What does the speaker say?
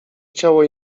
chciało